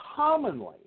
Commonly